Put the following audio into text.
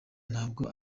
ntabwo